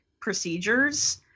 procedures